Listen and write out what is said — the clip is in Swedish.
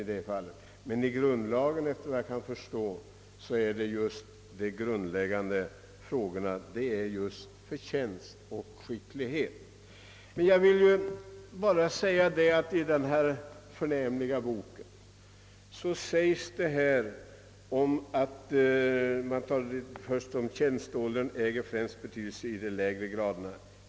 I grundlagen är de grundläggande sakerna just förtjänst och skicklighet, men i Rahms kommentar till sjukvårdslagen sägs på sid, 105: »Tjänsteåldern äger främst betydelse i lägre grader.